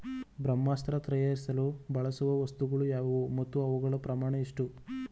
ಬ್ರಹ್ಮಾಸ್ತ್ರ ತಯಾರಿಸಲು ಬಳಸುವ ವಸ್ತುಗಳು ಯಾವುವು ಮತ್ತು ಅವುಗಳ ಪ್ರಮಾಣ ಎಷ್ಟು?